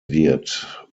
wird